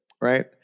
Right